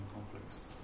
conflicts